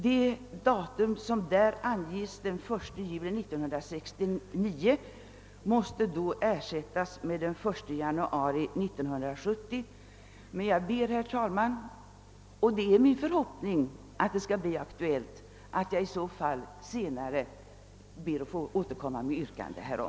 Det datum som där anges — den 1 juli 1969 — måste då ersättas med den 1 januari 1970. Jag hoppas att detta skall bli aktuellt, och jag ber, herr talman, att i så fall få återkomma med yrkande härom.